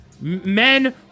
Men